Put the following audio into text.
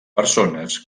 persones